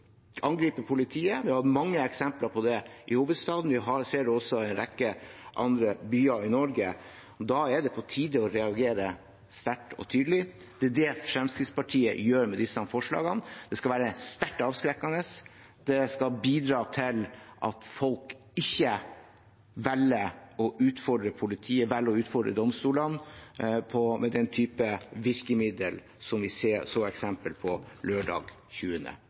angripe politiet. Vi har mange eksempler på det i hovedstaden, og vi ser det også i en rekke andre byer i Norge, og da er det på tide å reagere sterkt og tydelig. Det er det Fremskrittspartiet gjør med disse forslagene. Det skal være sterkt avskrekkende, det skal bidra til at folk ikke velger å utfordre politiet eller velger å utfordre domstolene med den typen virkemiddel som vi så et eksempel på lørdag